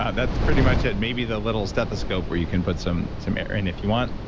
that's pretty much it. maybe the little stethoscope where you can put some some air. and if you want,